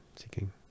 seeking